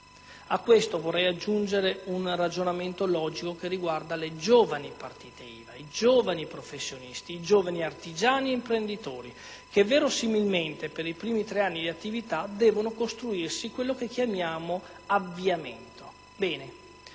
A questo vorrei aggiungere un ragionamento logico che riguarda le giovani partite IVA, i giovani professionisti, i giovani artigiani e imprenditori che verosimilmente per i primi tre anni di attività devono costruirsi quello che chiamiamo "avviamento".